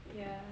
yeah